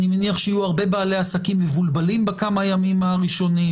אני מניח שיהיו הרבה בעלי עסקים מבולבלים בכמה הימים הראשונים.